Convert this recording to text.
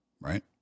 Right